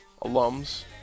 alums